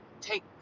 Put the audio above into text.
take